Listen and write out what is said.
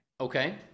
Okay